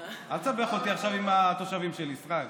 אל תסבך אותי עכשיו עם התושבים שלי, ישראל.